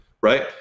Right